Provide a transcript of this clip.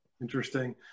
Interesting